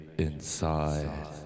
Inside